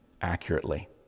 accurately